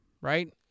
right